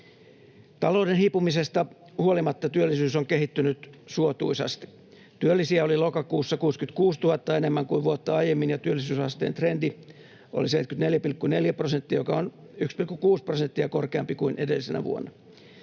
Talouden hiipumisesta huolimatta työllisyys on kehittynyt suotuisasti. Työllisiä oli lokakuussa 66 000 enemmän kuin vuotta aiemmin, ja työllisyysasteen trendi oli 74,4 prosenttia, joka on 1,6 prosenttia korkeampi kuin edellisenä vuonna.